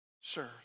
serve